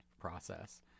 process